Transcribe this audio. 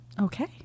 Okay